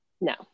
no